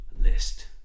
list